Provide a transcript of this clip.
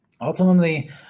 ultimately